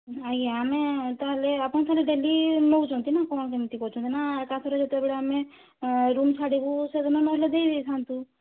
ଆଜ୍ଞା ଆମେ ତାହେଲେ ଆପଣ ତାହେଲେ ଡେଲି ନେଉଛନ୍ତି ନା କ'ଣ କେମିତି କରୁଛନ୍ତି ନା ଏକାଥରେ ଯେତେବେଳେ ଆମେ ରୁମ୍ ଛାଡ଼ିବୁ ସେଦିନ ନହେଲେ ଦେଇ ଦେଇଥାନ୍ତୁ